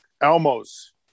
Elmo's